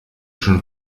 schon